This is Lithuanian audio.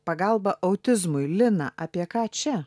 pagalba autizmui lina apie ką čia